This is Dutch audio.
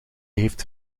heeft